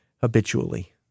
habitually